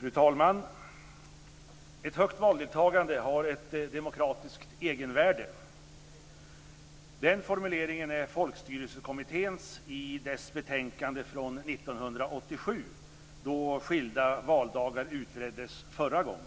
Fru talman! Ett högt valdeltagande har ett demokratiskt egenvärde. Formuleringen är Folkstyrelsekommitténs i dess betänkande från 1987, då skilda valdagar utreddes förra gången.